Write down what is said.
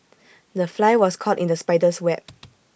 the fly was caught in the spider's web